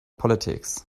politics